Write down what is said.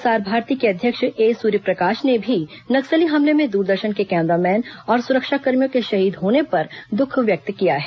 प्रसार भारती के अध्यक्ष ए सूर्यप्रकाश ने भी नक्सली हमले में दूरदर्शन के कैमरामैन और सुरक्षाकर्मियों के शहीद होने पर दुख व्यक्त किया है